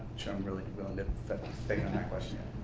sure i'm really willing to think on that question.